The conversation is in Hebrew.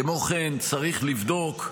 כמו כן, צריך לבדוק,